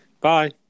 Bye